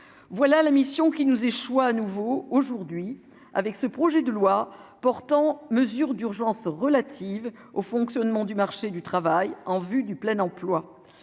voilà la mission qui nous échoit à nouveau aujourd'hui, avec ce projet de loi portant mesures d'urgence relatives au fonctionnement du marché du travail en vue du plein emploi